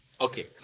Okay